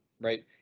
right